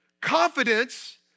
Confidence